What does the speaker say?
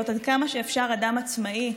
להיות עד כמה שאפשר אדם עצמאי,